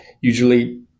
usually